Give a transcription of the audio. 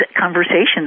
conversations